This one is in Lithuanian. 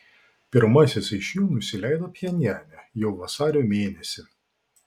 pirmasis iš jų nusileido pchenjane jau vasario mėnesį